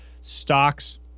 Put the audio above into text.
stocks